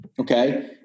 Okay